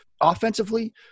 Offensively